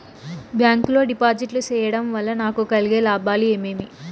Bank లో డిపాజిట్లు సేయడం వల్ల నాకు కలిగే లాభాలు ఏమేమి?